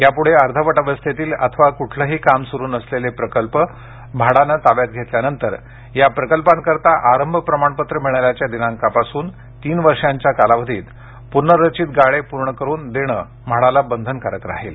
यापुढे अर्धवट अवस्थेतील अथवा कुठलंही काम सुरु नसलेले प्रकल्प म्हाडानं ताब्यात घेतल्यानंतर या प्रकल्पांकरता आरंभ प्रमाणपत्र मिळाल्याच्या दिनांकापासून तीन वर्षाच्या कालावधीत पुनर्रचित गाळे पूर्ण करुन देणं म्हाडाला बंधनकारक राहील